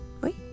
wait